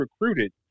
recruited